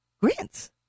grants